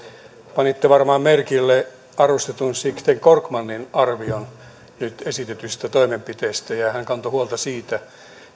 panitte varmaan merkille arvostetun sixten korkmanin arvion nyt esitetyistä toimenpiteistä hän kantoi huolta siitä